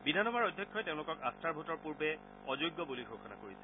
বিধানসভাৰ অধ্যক্ষই তেওঁলোকক আস্থাৰ ভোটৰ পূৰ্বে অযোগ্য বুলি ঘোষণা কৰিছিল